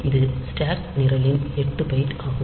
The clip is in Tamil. இது ஸ்டாக் நிரலின் 8 பைட் ஆகும்